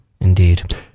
Indeed